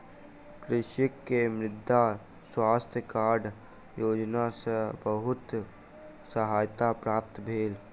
कृषक के मृदा स्वास्थ्य कार्ड योजना सॅ बहुत सहायता प्राप्त भेल